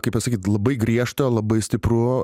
kaip pasakyt labai griežta labai stipru